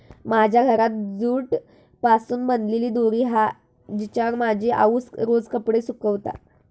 माझ्या घरात जूट पासून बनलेली दोरी हा जिच्यावर माझी आउस रोज कपडे सुकवता